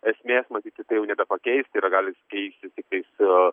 esmės matyti tai jau nebepakeis tai yra gali keistis tiktais